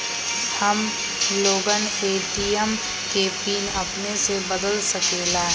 हम लोगन ए.टी.एम के पिन अपने से बदल सकेला?